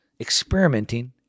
experimenting